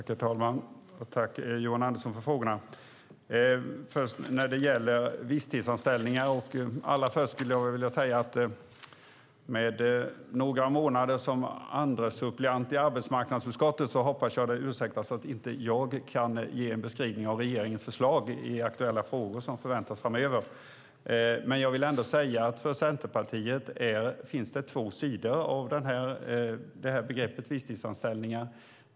Herr talman! Tack, Johan Andersson, för frågorna! Allra först vill jag säga: Med bara några månader som andre suppleant i arbetsmarknadsutskottet hoppas jag att det ursäktas att jag inte kan ge en beskrivning av regeringens förslag i aktuella frågor som förväntas framöver. Men jag vill ändå för Centerpartiet säga att det finns två sidor av begreppet visstidsanställningar.